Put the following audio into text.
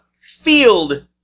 field